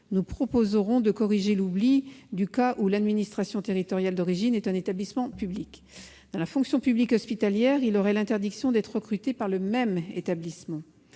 Nous proposerons de corriger l'oubli du cas où l'administration territoriale d'origine est un établissement public. Dans la fonction publique hospitalière, l'agent aurait l'interdiction d'être recruté par le même établissement.